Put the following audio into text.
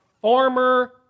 former